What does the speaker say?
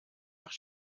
nach